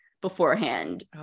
beforehand